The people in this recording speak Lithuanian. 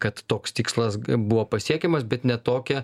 kad toks tikslas buvo pasiekiamas bet ne tokia